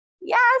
yes